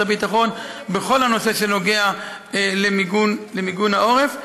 הביטחון בכל הנושא שנוגע למיגון העורף,